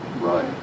Right